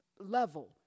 level